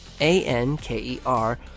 A-N-K-E-R